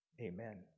Amen